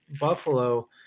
Buffalo